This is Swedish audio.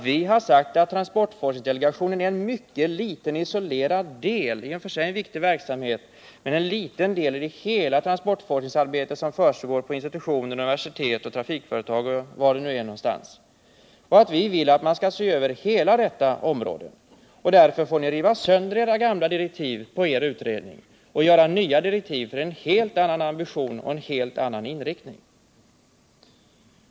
Vi har sagt att transportforskningsdelegationen är en liten, isolerad del av hela det transportforskningsarbete som försiggår på institutioner, universitet, trafikföretag etc. Vi vill att man skall se över hela detta område. Därför får ni riva sönder direktiven för er utredning och utarbeta nya direktiv med en helt annan ambition och en helt annan inriktning.